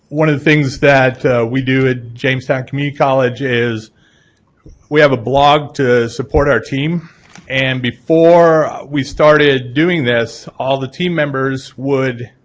one of the things that we do at jamestown community college is we have a blog to support our team and before we started doing this, all the team members would